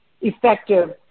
effective